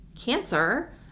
cancer